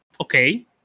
okay